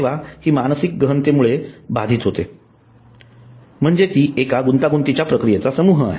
सेवा हि मानसिक गहणतेमुळे बाधित होते म्हणजेच ती एक गुंतागुंतीच्या प्रक्रियेचा समूह आहे